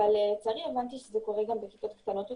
אבל לצערי הבנתי שזה קורה גם בכיתות קטנות יותר,